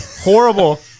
horrible